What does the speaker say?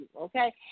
okay